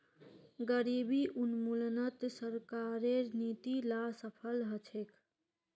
गरीबी उन्मूलनत सरकारेर नीती ला सफल ह छेक